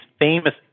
famous